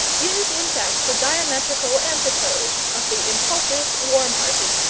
is, in fact, the diametrical antipode of the impulsive, warm-hearted,